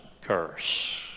curse